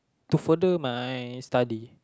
to further my study